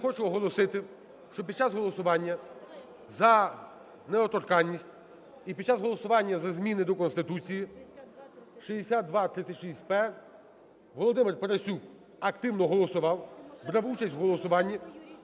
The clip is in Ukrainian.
я хочу оголосити, що під час голосування за недоторканність і під час голосування за зміни до Конституції, 6236/П, Володимир Парасюк активно голосував, брав участь у голосуванні,